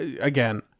again